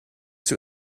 too